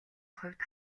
хувьд